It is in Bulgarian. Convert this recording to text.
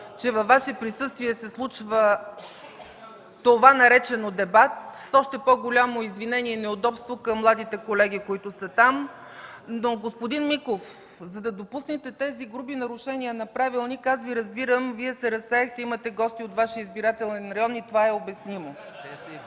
че във Ваше присъствие се случва това, наречено дебат. С още по-голямо извинение и неудобство към младите колеги, които са там. Но, господин Миков, за да допуснете тези груби нарушения на правилника, аз Ви разбирам – Вие се разсеяхте, имате гости от Вашия избирателен район и това е обяснимо.